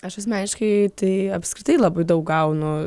aš asmeniškai tai apskritai labai daug gaunu